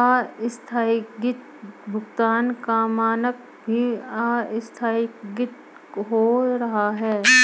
आस्थगित भुगतान का मानक भी आस्थगित हो रहा है